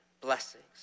blessings